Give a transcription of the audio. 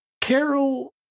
Carol